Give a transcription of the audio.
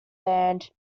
band